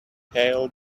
hailed